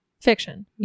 fiction